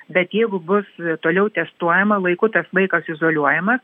bet jeigu bus toliau testuojama laiku tas vaikas izoliuojamas